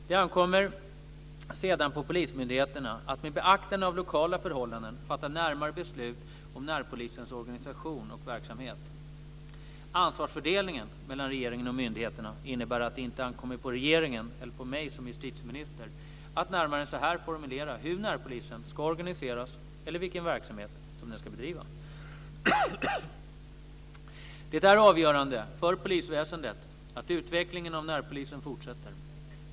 Det ankommer sedan på polismyndigheterna att med beaktande av lokala förhållanden fatta närmare beslut om närpolisens organisation och verksamhet. Ansvarsfördelningen mellan regeringen och myndigheterna innebär att det inte ankommer på regeringen eller på mig som justitieminister att närmare än så här formulera hur närpolisen ska organiseras eller vilken verksamhet som den ska bedriva. Det är avgörande för polisväsendet att utvecklingen av närpolisen fortsätter.